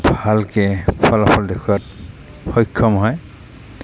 ভালকৈ ফলাফল দেখুওৱাত সক্ষম হয়